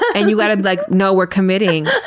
and you gotta be like, no, we're committing.